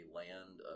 land